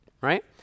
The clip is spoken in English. right